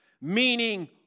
Meaning